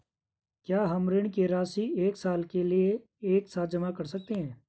क्या हम ऋण की राशि एक साल के लिए एक साथ जमा कर सकते हैं?